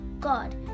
God